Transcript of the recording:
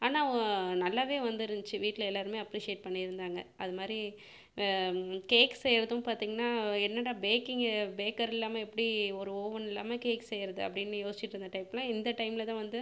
ஆனால் ஊ நல்லாவே வந்துருந்திச்சு வீட்டில் எல்லாேருமே அப்ரிஷியேட் பண்ணியிருந்தாங்க அது மாதிரி கேக் செய்கிறதும் பார்த்தீங்கனா என்னடா பேக்கிங் பேக்கர் இல்லாமல் எப்படி ஒரு ஓவன் இல்லாமல் கேக் செய்கிறது அப்படினு யோசிச்சிட்ருந்த டைப்பில் இந்த டைமில்தான் வந்து